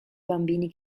bambini